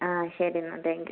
ആ ശരി എന്നാൽ താങ്ക് യു